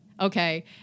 Okay